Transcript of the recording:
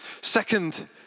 Second